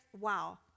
wow